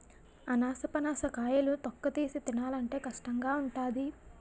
అనాసపనస కాయలు తొక్కతీసి తినాలంటే కష్టంగావుంటాది